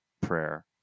prayer